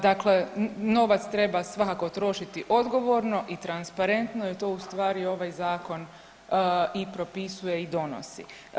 Dakle, novac treba svakako trošiti odgovorno i transparentno jer to u stvari ovaj zakon i propisuje i donosi.